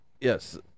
Yes